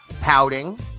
pouting